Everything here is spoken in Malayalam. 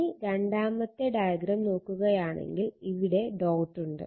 ഇനി രണ്ടാമത്തെ ഡയഗ്രം നോക്കുകയാണെങ്കിൽ ഇവിടെ ഡോട്ട് ഉണ്ട്